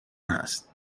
هست